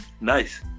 nice